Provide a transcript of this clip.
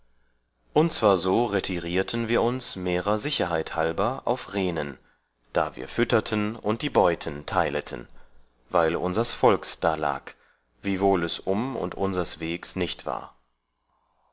und zwar so retirierten wir uns mehrer sicherheit halber auf rehnen da wir fütterten und die beuten teileten weil unsers volks da lag wiewohl es umb und unsers wegs nicht war